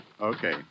Okay